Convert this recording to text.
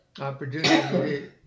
opportunity